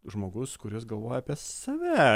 žmogus kuris galvoja apie save